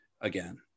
again